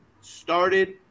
started